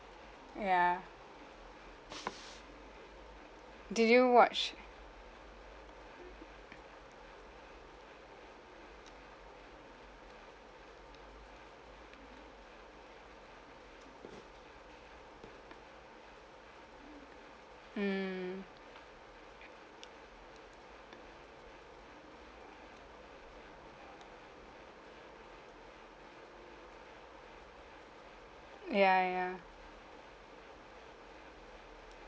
ya did you watch mm ya ya